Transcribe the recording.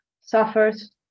suffers